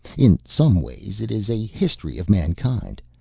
in some ways it is a history of mankind.